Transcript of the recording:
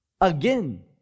again